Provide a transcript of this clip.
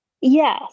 Yes